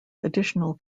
additional